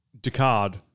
Descartes